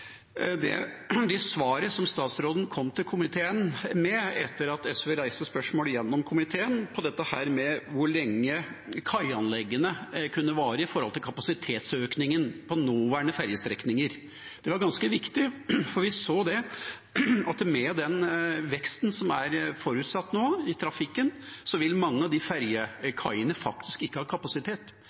svaret som statsråden kom til komiteen med etter at SV reiste spørsmål gjennom komiteen om hvor lenge kaianleggene kunne vare, i forhold til kapasitetsøkningen på nåværende fergestrekninger. Det var ganske viktig, for vi så at med den veksten som nå er forutsatt i trafikken, vil mange av de fergekaiene faktisk ikke ha kapasitet.